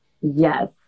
Yes